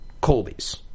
Colby's